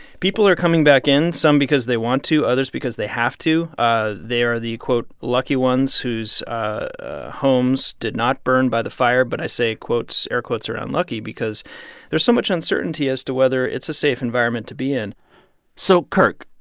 people are coming back in some because they want to, others because they have to. ah they are the, quote, lucky ones whose ah homes did not burn by the fire. but i say quotes air quotes around lucky because there's so much uncertainty as to whether it's a safe environment to be in so, kirk,